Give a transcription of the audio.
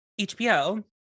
HBO